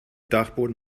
dachboden